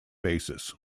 basis